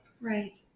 Right